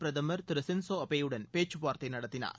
பிரதமர் திரு ஷின்சோ அபேயுடன் பேச்சுவார்த்தை நடத்தினார்